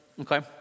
Okay